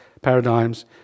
paradigms